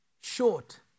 short